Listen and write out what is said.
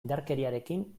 indarkeriarekin